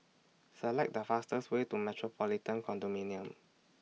Select The fastest Way to Metropolitan Condominium